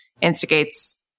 instigates